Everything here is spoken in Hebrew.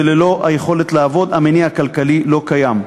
וללא היכולת לעבוד המניע הכלכלי לא קיים.